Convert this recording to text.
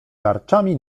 tarczami